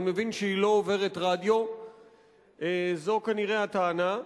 אני מבין שהיא לא עוברת רדיו, זו כנראה הטענה.